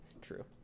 true